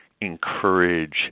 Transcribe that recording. encourage